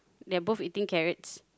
they are both eating carrots